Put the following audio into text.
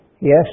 yes